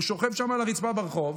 הוא שוכב שם על הרצפה ברחוב,